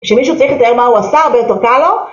כשמישהו צריך לתאר מה הוא עשה, הרבה יותר קל לו.